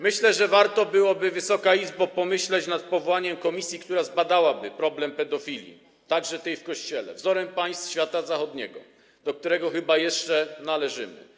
Myślę, że warto byłoby, Wysoka Izbo, pomyśleć nad powołaniem komisji, która zbadałaby problem pedofilii, także tej w Kościele, wzorem państw świata zachodniego, do którego chyba jeszcze należymy.